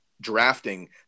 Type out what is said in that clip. drafting